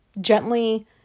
gently